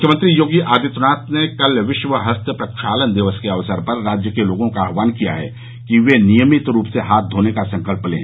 मुख्यमंत्री योगी आदित्यनाथ ने कल विश्व हस्त प्रक्षालन दिवस के अवसर पर राज्य के लोगों का आह्वान किया है कि वे नियमित रूप से हाथ धोने का संकल्प लें